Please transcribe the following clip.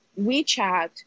WeChat